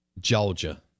Georgia